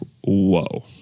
whoa